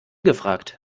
gefragt